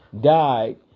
died